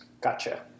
Gotcha